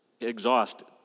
exhausted